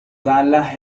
dalla